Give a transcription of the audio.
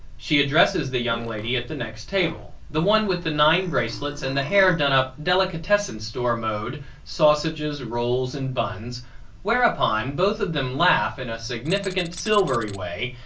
she addresses the young lady at the next table the one with the nine bracelets and the hair done up delicatessen store mode sausages, rolls and buns whereupon both of them laugh in a significant, silvery way,